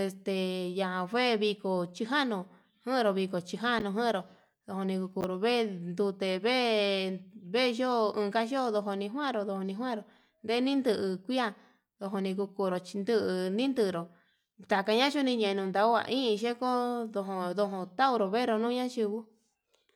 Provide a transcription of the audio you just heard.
este niya njue viko xhijanu yudu viko xhijanu, lojuanru nduni kukoro vee endute vee veyo'o ukayo njuni njuaro ndonijuaru yeni nju iha ndujuni kukuru chindu nikuru, ndakaña chiñengu nduku ñayu niyedo ndon ndo ndoturu ñenru nduñoa xhiu.